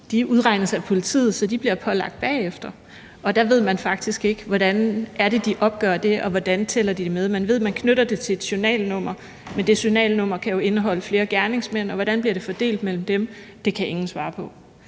udregnes af politiet, så de bliver pålagt bagefter. Og der ved man faktisk ikke, hvordan de opgør det, og hvordan de tæller det med. Man ved, at man knytter det til et journalnummer, men det journalnummer kan jo indeholde flere gerningsmænd, og hvordan bliver det fordelt mellem dem? Det kan ingen svare på.